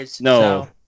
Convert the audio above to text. no